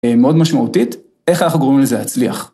מאוד משמעותית, איך אנחנו גורמים לזה להצליח.